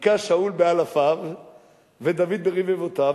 "הכה שאול באלפיו ודוד ברבבותיו",